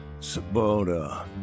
Sabota